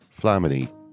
Flamini